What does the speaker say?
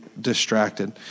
distracted